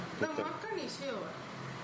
the மாக்கான்:maakaan is here what